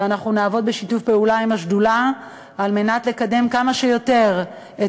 ונעבוד בשיתוף פעולה עם השדולה על מנת לקדם כמה שיותר את